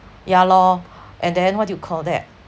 ya lor and then what do you call that